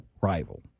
rival